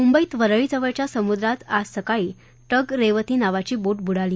मुंबईत वरळी जवळच्या समुद्रात आज सकाळी टग रेवती नावाची बोट बुडाली